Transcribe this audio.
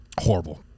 Horrible